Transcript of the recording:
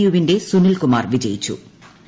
U വിന്റെ സുനിൽകുമാർ വിജയിച്ചു്